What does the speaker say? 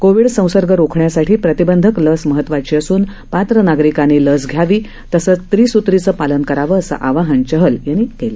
Covid संसर्ग रोखण्यासाठी प्रतिबंधक लस महत्वाची असून पात्र नागरीकांनी लस घ्यावी तसंच त्रिसूत्रीचं पालन करावं असं आवाहन चहल यांनी केलं